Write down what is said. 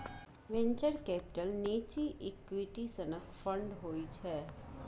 venture capital निजी equity सनक fund होइ छै